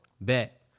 bet